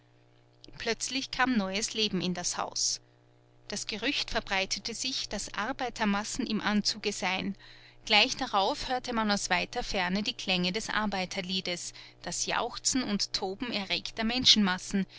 plötzlich kam neues leben in das haus das gerücht verbreitete sich daß arbeitermassen im anzuge seien gleich darauf hörte man aus weiter ferne die klänge des arbeiterliedes das jauchzen und toben erregter menschenmassen